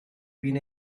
been